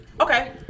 Okay